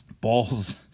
balls